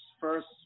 first